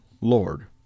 Lord